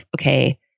okay